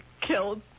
killed